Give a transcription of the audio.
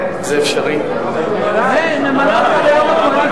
הוא לא יודע מאיפה זה בא לו.